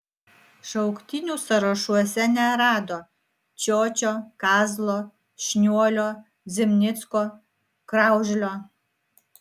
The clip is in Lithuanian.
šauktinių sąrašuose nerado čiočio kazlo šniuolio zimnicko kraužlio